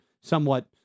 somewhat